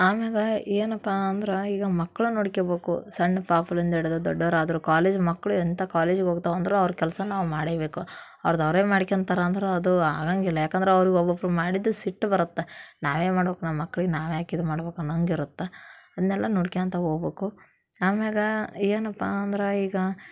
ಆಮ್ಯಾಗ ಏನಪ್ಪ ಅಂದ್ರೆ ಈಗ ಮಕ್ಳು ನೋಡ್ಕೊಳ್ಬೇಕು ಸಣ್ಣ ಪಾಪುನಿಂದ ಹಿಡ್ದು ದೊಡ್ಡೋರಾದ್ರೂ ಕಾಲೇಜ್ ಮಕ್ಕಳು ಎಂಥ ಕಾಲೇಜಿಗೆ ಹೋಗ್ತಾವಂದ್ರೂ ಅವ್ರ ಕೆಲಸ ನಾವು ಮಾಡ್ಲೇಬೇಕು ಅರ್ಧ ಅವ್ರೇನು ಮಾಡಿಕೊಳ್ತಾರಂದ್ರ ಅದು ಆಗಾಂಗಿಲ್ಲ ಯಾಕಂದ್ರೆ ಅವ್ರಿಗೆ ಒಬ್ಬೊಬ್ಬರು ಮಾಡಿದ್ದು ಸಿಟ್ಟು ಬರುತ್ತೆ ನಾವೇ ಮಾಡ್ಬೇಕು ನಮ್ಮ ಮಕ್ಳಿಗೆ ನಾವ್ಯಾಕೆ ಇದು ಮಾಡ್ಬೇಕು ಅನ್ನೋಂಗೆ ಇರುತ್ತೆ ಅದನ್ನೆಲ್ಲ ನೋಡ್ಕೊಳ್ತಾ ಹೋಗ್ಬೇಕು ಆಮ್ಯಾಗ ಏನಪ್ಪ ಅಂದ್ರೆ ಈಗ